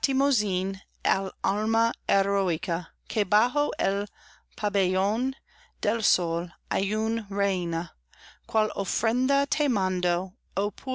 que bajo el pabellón del sol aún reina